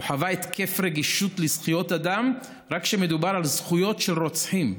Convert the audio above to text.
הוא חווה התקף רגישות לזכויות אדם רק כשמדובר על זכויות של רוצחים,